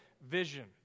vision